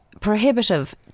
prohibitive